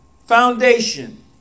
Foundation